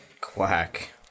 Quack